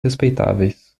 respeitáveis